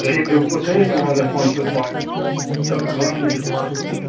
صحیح بِلکُل صحیح سون ریسپانس پاٹس چلو الحمدُاللہ شُکریہ